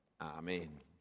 Amen